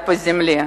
הרוסית.)